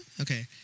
Okay